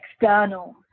external